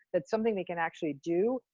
that's something they can actually do,